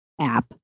app